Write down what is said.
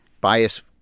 Bias